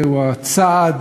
זהו הצעד